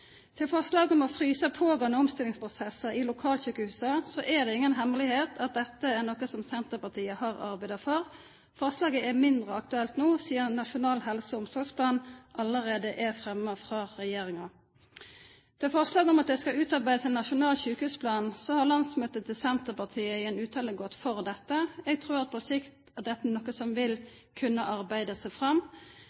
Til forslaget om å frysa pågåande omstillingsprosessar i lokalsjukehusa er det ingen hemmelegheit at dette er noko Senterpartiet har arbeidd for. Forslaget er mindre aktuelt no, sidan Nasjonal helse- og omsorgsplan allereie er fremma av regjeringa. Til forslaget om at det skal utarbeidast ein nasjonal sjukehusplan, har landsmøtet til Senterpartiet i ein uttale gått inn for dette. Eg trur at på sikt er dette noko som vil